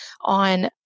on